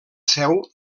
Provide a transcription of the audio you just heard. seu